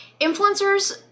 influencers